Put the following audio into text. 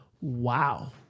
Wow